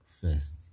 first